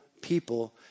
people